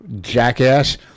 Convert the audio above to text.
jackass